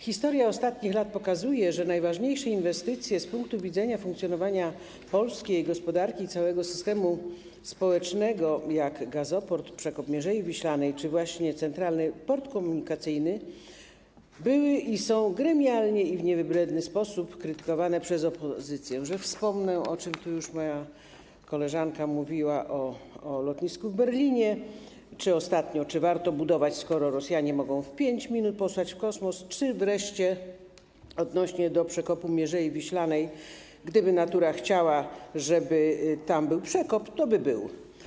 Historia ostatnich lat pokazuje, że najważniejsze inwestycje z punktu widzenia funkcjonowania polskiej gospodarki i całego systemu społecznego, takie jak gazoport, przekop Mierzei Wiślanej czy właśnie Centralny Port Komunikacyjny, były i są gremialnie i w niewybredny sposób krytykowane przez opozycję, że wspomnę, o czym tu już moja koleżanka mówiła, o lotnisku w Berlinie czy, ostatnio, czy warto budować, skoro Rosjanie mogą w 5 minut posłać w kosmos, czy wreszcie odnośnie do przekopu Mierzei Wiślanej - gdyby natura chciała, żeby tam był przekop, toby był.